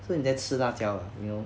so 你在吃辣椒 oh you know